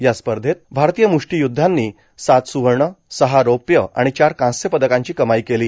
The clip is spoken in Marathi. या स्पर्धेत भारतीय मुष्टियोद्धांनी सात स्रवर्ण सहा रौप्य आणि चार कांस्य पदकांची कमाई केली